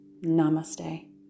Namaste